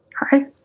Hi